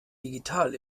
digital